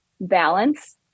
balance